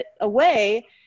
away